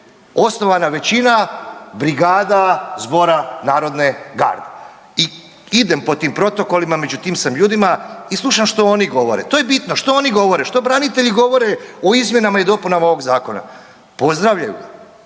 osnovana većina brigada zbora narodne garde. I idem po tim protokolima, među tim sam ljudima i slušam što oni govore, to je bitno što oni govore, što branitelji govore o izmjenama i dopunama ovog zakona. Pozdravljaju,